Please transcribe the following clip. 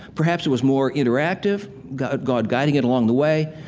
perhaps it was more interactive, god god guiding it along the way.